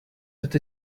that